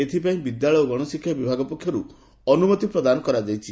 ଏଥ୍ପାଇଁ ବିଦ୍ୟାଳୟ ଓ ଗଣଶିକ୍ଷା ବିଭାଗ ପକ୍ଷରୁ ଅନୁମତି ପ୍ରଦାନ କରାଯାଇଛି